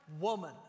woman